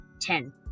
Ten